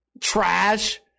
trash